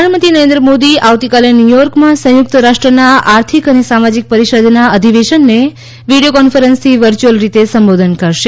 પ્રધાનમંત્રી નરેન્દ્ર મોદી આવતીકાલે ન્યુચોર્કમાં સંયુક્ત રાષ્ટ્રના આર્થિક અને સામાજિક પરિષદના અધિવેશનને વિડીયો કોંફરન્સથી વર્ચ્યુઅલ રીતે સંબોધન કરશે